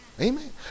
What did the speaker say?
Amen